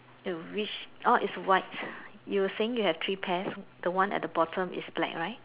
oh which orh is white you saying they have three pairs the one at the bottom is black right